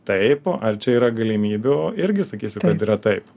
taip ar čia yra galimybių irgi sakysiu kad yra taip